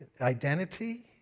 identity